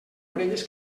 orelles